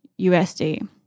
USD